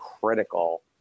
critical